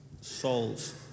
souls